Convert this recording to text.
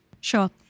Sure